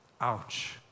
ouch